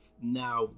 now